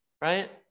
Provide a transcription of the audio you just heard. Right